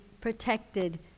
protected